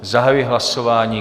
Zahajuji hlasování.